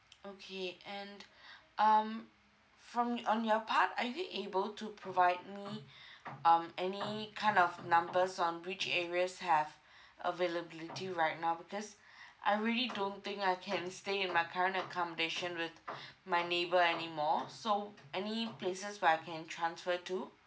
okay and um from on your part are you able to provide me um any kind of numbers on which areas have availability right now because I really don't think I can stay in my current accommodation with my neighbour anymore so any places where I can transfer to